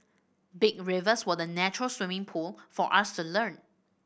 big rivers were the natural swimming pool for us to learn